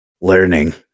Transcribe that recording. learning